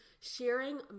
sharing